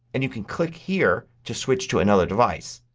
and you can click here to switch to another device.